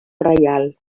reial